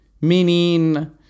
Meaning